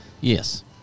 Yes